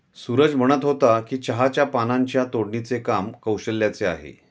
सूरज म्हणत होता की चहाच्या पानांची तोडणीचे काम कौशल्याचे आहे